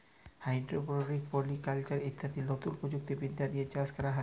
hydroponics, polyculture ইত্যাদি লতুন প্রযুক্তি বিদ্যা দিয়ে চাষ ক্যরা হ্যয়